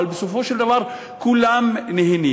אבל בסופו של דבר כולם נהנים.